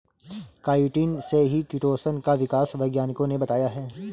chitin से ही chitosan का विकास वैज्ञानिकों ने बताया है